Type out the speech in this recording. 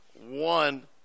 One